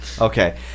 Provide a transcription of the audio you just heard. Okay